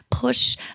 push